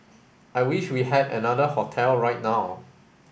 I wish we had another hotel right now